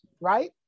right